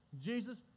Jesus